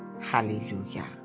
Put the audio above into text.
Hallelujah